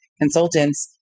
consultants